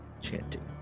chanting